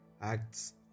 acts